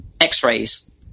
x-rays